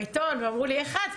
ואמרו לי איך את,